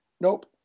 Nope